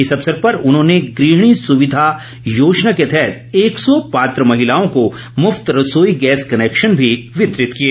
इस अवसर पर उन्होंने गृहिणी सुविधा योजना के तहत एक सौ पात्र मेहिलाओं को मुफ्त रसोई गैस कनेक्शन भी वितरित किए